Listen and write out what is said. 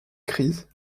crise